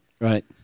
Right